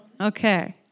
Okay